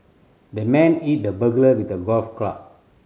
the man hit the burglar with a golf club